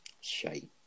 Shite